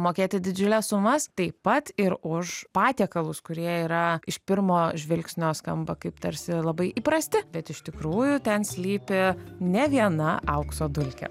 mokėti didžiules sumas taip pat ir už patiekalus kurie yra iš pirmo žvilgsnio skamba kaip tarsi labai įprasti bet iš tikrųjų ten slypi ne viena aukso dulkė